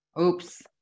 Oops